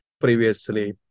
previously